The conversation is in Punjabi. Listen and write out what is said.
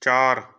ਚਾਰ